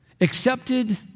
accepted